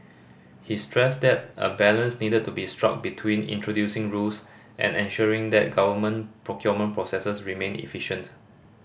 he stressed that a balance needed to be struck between introducing rules and ensuring that government procurement processes remain efficient